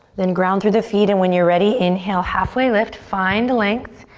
then ground through the feet and when you're ready, inhale, halfway lift, find length.